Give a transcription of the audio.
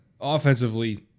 Offensively